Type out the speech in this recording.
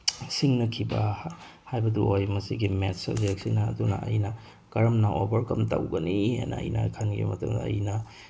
ꯁꯤꯡꯅꯈꯤꯕ ꯍꯥꯏꯕꯗꯨ ꯑꯣꯏ ꯃꯁꯤꯒꯤ ꯃꯦꯠꯁ ꯁꯕꯖꯦꯛꯁꯤꯅ ꯑꯗꯨꯅ ꯑꯩꯅ ꯀꯔꯝꯅ ꯑꯣꯕꯔꯀꯝ ꯇꯧꯒꯅꯤ ꯑꯅ ꯑꯩꯅ ꯈꯟꯈꯤꯕ ꯃꯇꯝꯗ ꯑꯩꯅ